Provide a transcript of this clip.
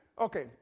Okay